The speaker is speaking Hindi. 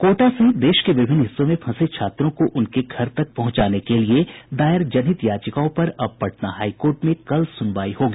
कोटा सहित देश के विभिन्न हिस्सों में फंसे छात्रों को उनके घर तक पहंचाने के लिये दायर जनहित याचिकाओं पर अब पटना हाईकोर्ट में कल सुनवाई होगी